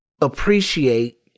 appreciate